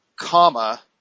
comma